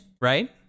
right